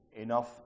enough